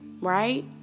right